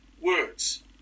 words